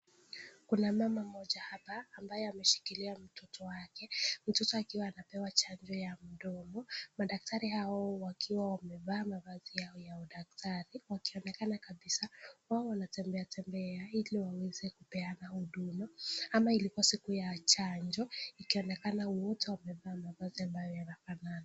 Kuna mama mmoja ambaye ameshikilia mtoto wake. Mtoti akiwa anapewa chanjo ya mdomo. madaktari hawa wakiwa wamevaa mavazi yao ya madaktari wakionekana kabisa, wao wanatembea temnbea wakipeana huduma ambayo ilikuwa siku ya chanjo wakionekana wote wamevaa mavazi ambayo yanfanana.